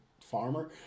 farmer